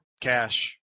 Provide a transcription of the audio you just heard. cash